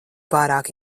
pārāk